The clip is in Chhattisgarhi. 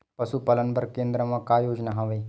पशुपालन बर केन्द्र म का योजना हवे?